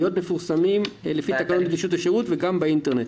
להיות מפורסמים לפי תקנות נגישות השירות וגם באינטרנט.